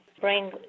bring